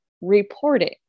reporting